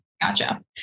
Gotcha